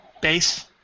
base